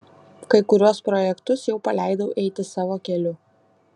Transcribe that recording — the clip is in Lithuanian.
kai kuriuos projektus jau paleidau eiti savo keliu